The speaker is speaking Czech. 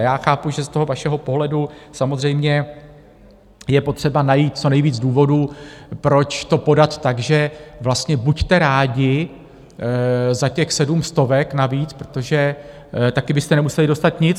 Já chápu, že z vašeho pohledu samozřejmě je potřeba najít co nejvíc důvodů, proč to podat tak, že vlastně buďte rádi za těch sedm stovek navíc, protože taky byste nemuseli dostat nic.